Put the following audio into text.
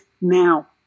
now